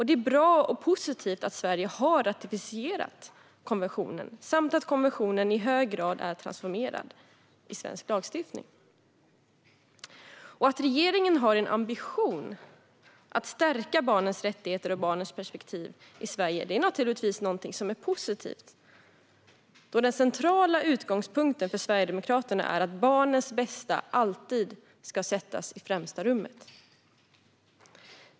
Det är bra och positivt att Sverige har ratificerat konventionen samt att konventionen i hög grad är transformerad till svensk lagstiftning. Att regeringen har en ambition att stärka barnens rättigheter och barnens perspektiv i Sverige är naturligtvis något som är positivt, då den centrala utgångspunkten för Sverigedemokraterna är att barnens bästa alltid ska sättas i främsta rummet.